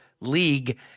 league